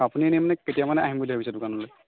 আপুনি ইনে মানে কেতিয়া মানে আহিম বুলি ভাবিছে দোকানলৈ